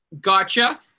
Gotcha